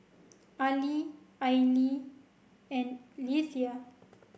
Ali Aili and Leitha